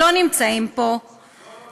שלא נמצאים פה,